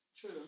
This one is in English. True